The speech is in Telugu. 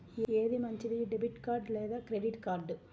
ఏది మంచిది, డెబిట్ కార్డ్ లేదా క్రెడిట్ కార్డ్?